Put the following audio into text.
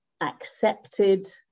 accepted